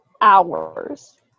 hours